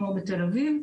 כמו בתל אביב,